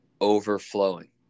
overflowing